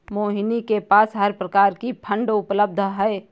मोहिनी के पास हर प्रकार की फ़ंड उपलब्ध है